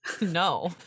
No